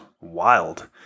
wild